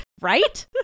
right